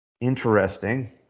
interesting